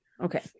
okay